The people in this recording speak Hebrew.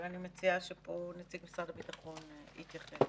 אבל אני מציעה שנציג משרד הביטחון יתייחס.